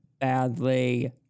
badly